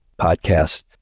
podcast